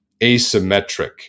asymmetric